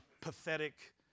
pathetic